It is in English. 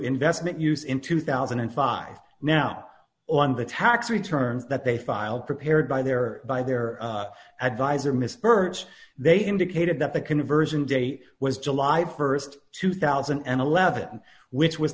investment use in two thousand and five now on the tax returns that they filed prepared by their by their advisor miss perch they indicated that the conversion date was july st two thousand and eleven which was